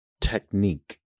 technique